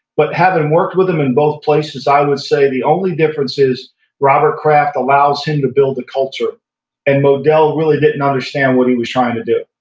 but having worked with him in both places i would say the only difference is robert kraft allows him to build the culture and modell really didn't understand what he was trying to do.